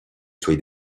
suoi